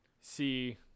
see